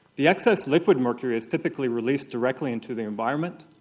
the excess liquid mercury is typically released directly into the environment,